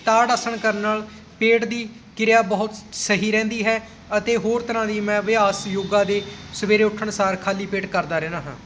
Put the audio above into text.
ਤਾੜ ਆਸਣ ਕਰਨ ਨਾਲ ਪੇਟ ਦੀ ਕਿਰਿਆ ਬਹੁਤ ਸਹੀ ਰਹਿੰਦੀ ਹੈ ਅਤੇ ਹੋਰ ਤਰ੍ਹਾਂ ਦੀ ਮੈਂ ਅਭਿਆਸ ਯੋਗਾ ਦੇ ਸਵੇਰੇ ਉੱਠਣ ਸਾਰ ਖਾਲੀ ਪੇਟ ਕਰਦਾ ਰਹਿੰਦਾ ਹਾਂ